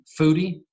foodie